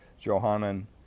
Johanan